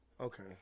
Okay